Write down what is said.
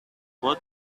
what